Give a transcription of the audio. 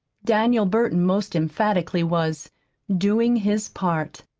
daniel burton, most emphatically, was doing his part.